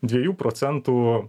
dviejų procentų